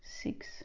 six